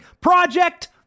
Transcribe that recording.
Project